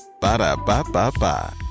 Ba-da-ba-ba-ba